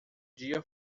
dia